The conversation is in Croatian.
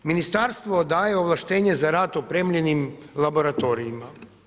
Ministarstvo daje ovlaštenje za rad opremljenim laboratorijima.